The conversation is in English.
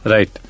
Right